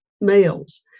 males